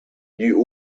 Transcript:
you